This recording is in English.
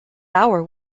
hour